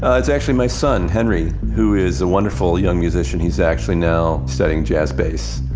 ah it's actually my son, henry, who is a wonderful young musician. he's actually now studying jazz bass.